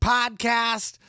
Podcast